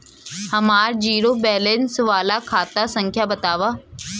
हमार zero balance वाला खाता संख्या वतावा?